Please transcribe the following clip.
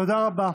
תודה רבה,